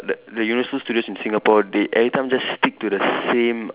the the universal studios in Singapore they everytime just stick to the same